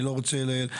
אני לא רוצה להיכנס.